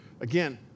Again